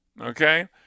okay